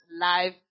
live